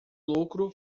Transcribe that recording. lucro